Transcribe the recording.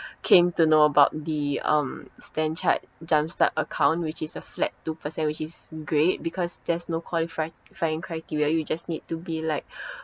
came to know about the um stan chart jumpstart account which is a flat two percent which is great because there's no qualify~ fying~ criteria you just need to be like